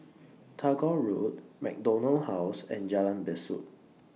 Tagore Road MacDonald House and Jalan Besut